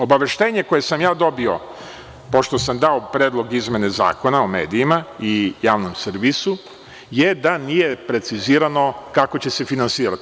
Obaveštenje koje sam dobio, pošto sam dao Predlog izmene Zakona o medijima i javnom servisu, je da nije precizirano kako će se finansirati.